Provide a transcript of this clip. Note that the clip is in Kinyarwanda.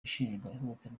guhohotera